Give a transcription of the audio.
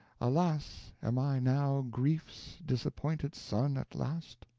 alas! am i now grief's disappointed son at last?